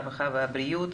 הרווחה והבריאות.